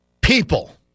people